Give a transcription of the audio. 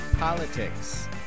politics